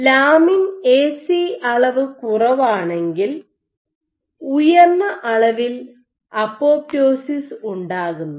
lamin AC lamin AC അളവ് കുറവാണെങ്കിൽ ഉയർന്ന അളവിൽ അപ്പോപ്റ്റോസിസ് ഉണ്ടാകുന്നു